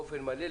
באופן מלא,